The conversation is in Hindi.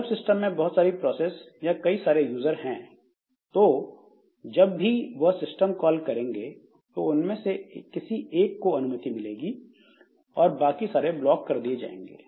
जब सिस्टम में बहुत सारी प्रोसेस या कई सारे यूजर हैं तो जब भी वह सिस्टम कॉल करेंगे तो उनमें से किसी एक को अनुमति मिलेगी और बाकी सारे ब्लॉक कर दिए जाएंगे